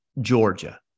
Georgia